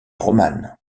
romane